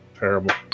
Terrible